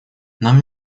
нам